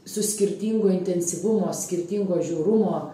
su skirtingo intensyvumo skirtingo žiaurumo